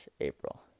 April